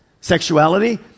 Sexuality